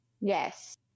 Yes